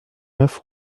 neuf